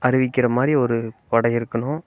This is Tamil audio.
அறிவிக்கிற மாதிரி ஒரு படை இருக்கணும்